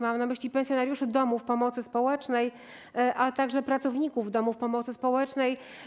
Mam na myśli pensjonariuszy domów pomocy społecznej, ale także pracowników domów pomocy społecznej.